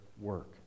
work